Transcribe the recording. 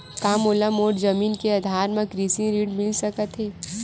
का मोला मोर जमीन के आधार म कृषि ऋण मिल सकत हे?